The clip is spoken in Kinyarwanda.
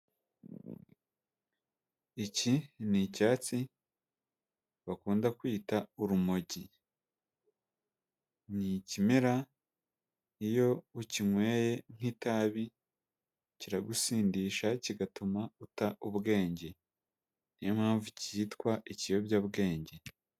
Iki ni icyatsi bakunda kwita urumogi. Ni ikimera iyo ukinyweye nk'itabi kiragusindisha kigatuma uta ubwenge. Niyo mpamvu cyitwa ikiyobyabwenge.